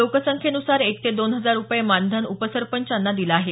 लोकसंख्येन्सार एक ते दोन हजार रुपये मानधन उपसरपंचांना दिलं आहे